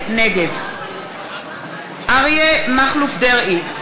נגד אריה מכלוף דרעי,